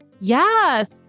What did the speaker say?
Yes